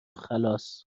خلاص